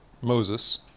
Moses